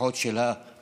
למשפחות של ההרוגים,